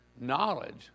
knowledge